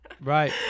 Right